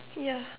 ya